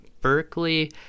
Berkeley